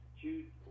jude